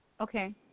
Okay